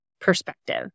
perspective